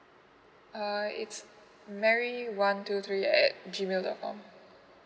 uh it's mary one two three at G mail dot com